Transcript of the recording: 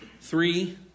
Three